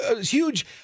huge